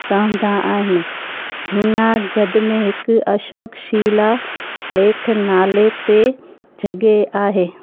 रहंदा आहिनि जूनागढ़ में हिक अशोक शिला लेख नाले ते जॻह आहे